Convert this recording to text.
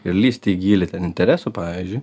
ir lįsti į gylį interesų pavyzdžiui